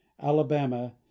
alabama